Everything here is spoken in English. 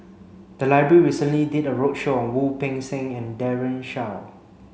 the library recently did a roadshow on Wu Peng Seng and Daren Shiau